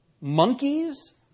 Monkeys